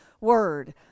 word